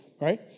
right